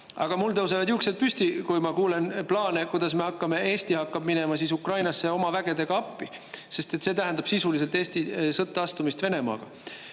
aga mul tõusevad juuksed püsti, kui ma kuulen plaane, kuidas me hakkame, Eesti hakkab minema Ukrainasse oma vägedega appi, sest see tähendab sisuliselt Eesti sõtta astumist Venemaaga.